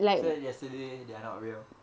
so it yesterday they are not real